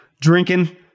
drinking